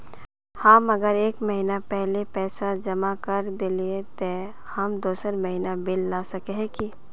हम अगर एक महीना पहले पैसा जमा कर देलिये ते हम दोसर महीना बिल ला सके है की?